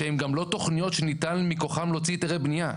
שהן גם לא תכניות שניתן מכוחן להוציא היתרי בנייה.